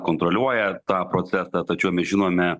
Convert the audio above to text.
kontroliuoja tą procesą tačiau mes žinome